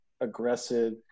aggressive